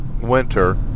winter